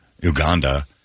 Uganda